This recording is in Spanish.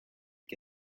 que